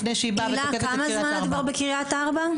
לפני שהיא באה ותוקפת את קריית ארבע.